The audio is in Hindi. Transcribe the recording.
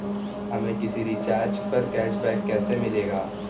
हमें किसी रिचार्ज पर कैशबैक कैसे मिलेगा?